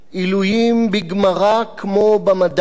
עילויים בגמרא כמו במדע,